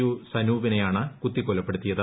U സനൂപിനെയാണ് കുത്തിക്കൊലപ്പെടു ത്തിയത്